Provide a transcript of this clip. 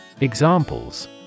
Examples